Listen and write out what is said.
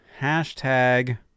hashtag